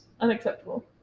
Unacceptable